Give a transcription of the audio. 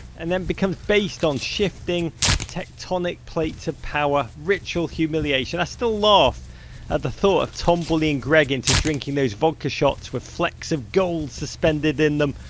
and then become based on shifting tectonic plates of power, ritual humiliation. i still laugh at the thought of tom bullying greg into drinking those vodka shots with flecks of gold suspended in them,